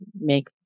make